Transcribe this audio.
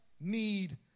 need